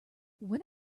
when